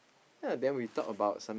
yea then we talk about some